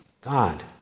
God